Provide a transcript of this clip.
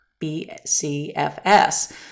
BCFS